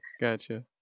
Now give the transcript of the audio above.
gotcha